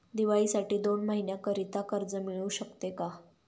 दिवाळीसाठी दोन महिन्याकरिता कर्ज मिळू शकते का?